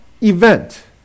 event